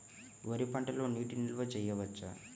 వరి పంటలో నీటి నిల్వ చేయవచ్చా?